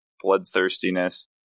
bloodthirstiness